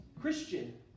Christian